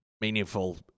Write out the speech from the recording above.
meaningful